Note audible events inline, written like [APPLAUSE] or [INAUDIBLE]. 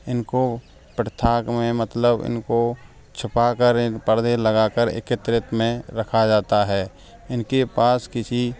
इनको [UNINTELLIGIBLE] में मतलब इनको छुपाकर इन पर्दे लगाकर एकित्रित में रखा जाता है इनके पास किसी